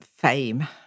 fame